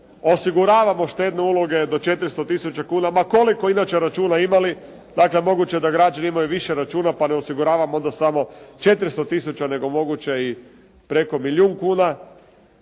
osiguravamo štedne uloge do 400 tisuća kuna, ma koliko inače računa imali. Dakle, moguće da građani imaju više računa, pa ne osiguravamo onda samo 400 tisuća, nego moguće i preko milijun kuna